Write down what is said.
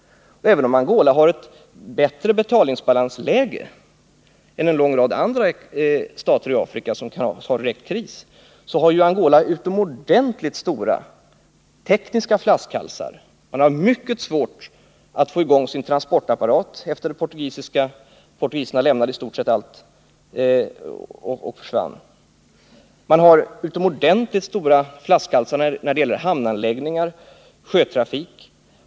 Även om Angola har en bättre betalningsbalans än en rad andra stater i Afrika som har direkt kris har Angola stora tekniska flaskhalsar. Man har mycket svårt att få i gång sin transportapparat sedan portugiserna lämnade i stort sett all förvaltning och försvann. Man har också stora flaskhalsar när det gäller hamnanläggningar och sjötrafik.